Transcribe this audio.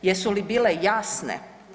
Jesu li bile jasne?